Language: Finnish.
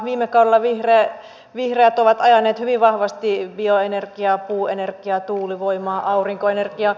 viime kaudella vihreät ovat ajaneet hyvin vahvasti bioenergiaa puuenergiaa tuulivoimaa aurinkoenergiaa